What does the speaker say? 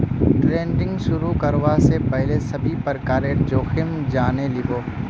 trading शुरू करवा स पहल सभी प्रकारेर जोखिम जाने लिबो